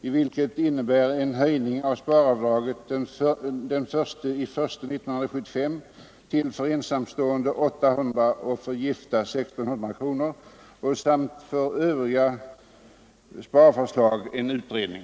Reservationen går ut på dels en höjning av sparavdragen fr.o.m. den 1 januari 1975 till för ensamstående 800 kronor och för gifta 1 600 kronor, dels en utredning beträffande övriga sparförslag.